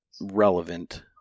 relevant